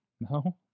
No